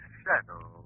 shadow